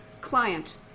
client